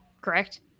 correct